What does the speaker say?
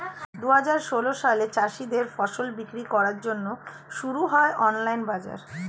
দুহাজার ষোল সালে চাষীদের ফসল বিক্রি করার জন্যে শুরু হয় অনলাইন বাজার